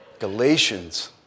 Galatians